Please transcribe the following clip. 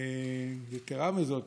יתרה מזו,